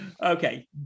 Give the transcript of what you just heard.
okay